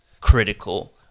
critical